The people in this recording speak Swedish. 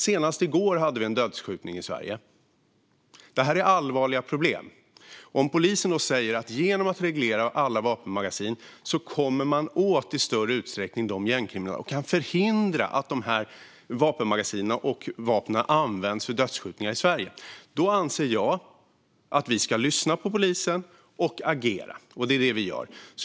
Senast i går hade vi en dödsskjutning i Sverige. Detta är allvarliga problem. Om polisen då säger att man genom att reglera alla vapenmagasin i större utsträckning kommer åt de gängkriminella och kan förhindra att vapnen används vid dödsskjutningar i Sverige anser jag att vi ska lyssna på polisen och agera, och det är detta vi gör.